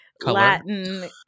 Latin